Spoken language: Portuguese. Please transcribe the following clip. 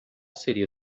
seria